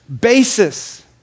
basis